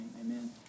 Amen